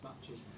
matches